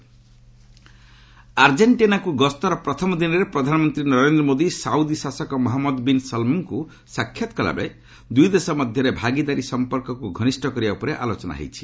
PM ଆର୍ଜେଣ୍ଟିନାକୁ ଗସ୍ତର ପ୍ରଥମ ଦିନରେ ପ୍ରଧାନମନ୍ତ୍ରୀ ନରେନ୍ଦ୍ର ମୋଦି ସାଉଦି ଶାସକ ମହଞ୍ଜଦ ବିନ୍ ସଲମ୍ଙ୍କ ସାକ୍ଷାତ କଲାବେଳେ ଦୂଇ ଦେଶ ମଧ୍ୟରେ ଭାଗିଦାରୀ ସମ୍ପର୍କକ୍ ଘନିଷ୍ଠ କରିବା ଉପରେ ଆଲୋଚନା ହୋଇଛି